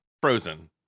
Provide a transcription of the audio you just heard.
frozen